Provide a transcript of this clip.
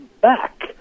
back